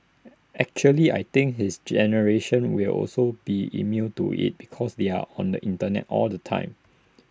actually I think his generation will also be immune to IT because they're on the Internet all the time